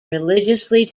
religiously